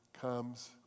comes